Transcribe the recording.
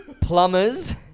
Plumbers